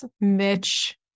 Mitch